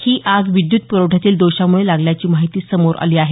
ही आग विद्युत पुरवठ्यातील दोषामुळे लागल्याची माहिती समोर आली आहे